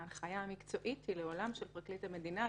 ההנחיה המקצועית היא לעולם של פרקליט המדינה,